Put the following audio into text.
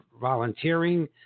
volunteering